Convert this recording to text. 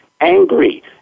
angry